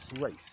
race